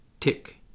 Tick